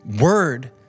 word